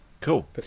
Cool